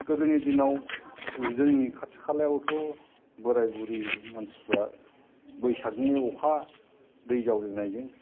गोदोनि दिनाव जोंनि खाथि खालायावथ' बोराय बुरि मानसिफ्रा बैसागनि अखा दै जावरिनायजों